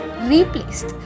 replaced